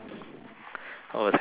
oh terrible you